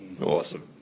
Awesome